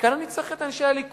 כאן אני צריך את אנשי הליכוד.